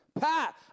Pat